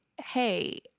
hey